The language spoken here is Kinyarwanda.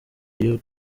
iyo